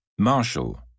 Marshall